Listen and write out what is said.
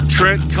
Trent